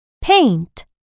Paint